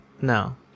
No